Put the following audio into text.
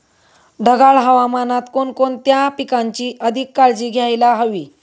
ढगाळ हवामानात कोणकोणत्या पिकांची अधिक काळजी घ्यायला हवी?